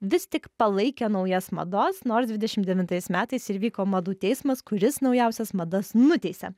vis tik palaikė naujas madas nors dvidešimt devintais metais ir vyko madų teismas kuris naujausias madas nuteisė